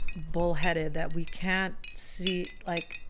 bullheaded that we can't see, like,